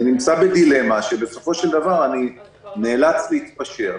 אני נמצא בדילמה ובסופו של דבר אני נאלץ להתפשר,